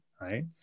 right